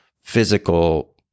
physical